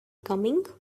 coming